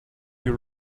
you